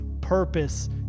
purpose